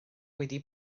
wedi